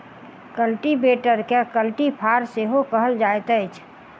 कल्टीवेटरकेँ कल्टी फार सेहो कहल जाइत अछि